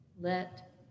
let